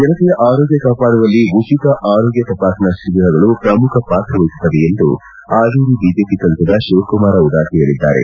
ಜನತೆಯ ಆರೋಗ್ಯ ಕಾಪಾಡುವಲ್ಲಿ ಉಚಿತ ಆರೋಗ್ಯ ತಪಾಸಣಾ ಶಿಬಿರಗಳು ಪ್ರಮುಖ ಪಾತ್ರ ವಹಿಸುತ್ತದೆ ಎಂದು ಹಾವೇರಿ ಬಿಜೆಪಿ ಸಂಸದ ಶಿವಕುಮಾರ ಉದಾಸಿ ಹೇಳಿದ್ದಾರೆ